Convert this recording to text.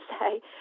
say